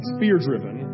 fear-driven